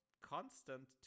constant